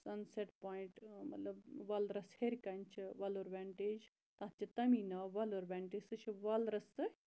سَن سیٚٹ پوٚیِنٛٹ مَطلَب ووٚلرَس ہیٚرکَنہِ چھ ووٚلُر ونٹیج تتھ چھ تمی ناو ووٚلُر ونٹیج سُہ چھ ووٚلرَس تہٕ